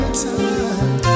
time